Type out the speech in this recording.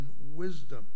wisdom